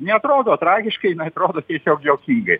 neatrodo tragiškai jinai atrodo tiesiog juokingai